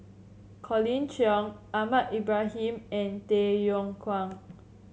Colin Cheong Ahmad Ibrahim and Tay Yong Kwang